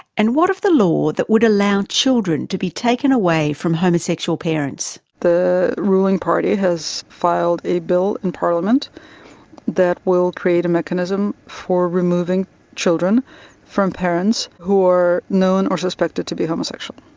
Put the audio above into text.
and what of the law that would allow children to be taken away from homosexual parents? the ruling party has filed a bill in parliament that will create a mechanism for removing children from parents who are known or suspected to be homosexual.